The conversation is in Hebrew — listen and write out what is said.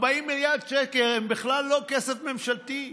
40 מיליארד שקל הם בכלל לא כסף ממשלתי,